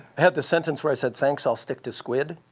have the sentence where i said, thanks, i'll stick to squid,